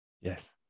yes